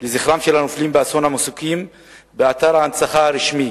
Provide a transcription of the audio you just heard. לזכרם של הנופלים באסון המסוקים באתר ההנצחה הרשמי.